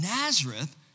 Nazareth